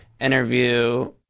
interview